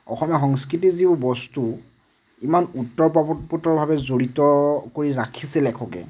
অসমীয়া সংস্কৃতিৰ যিবোৰ বস্তু ইমান ওতঃপ্ৰোতভাৱে জড়িত কৰি ৰাখিছে লেখকে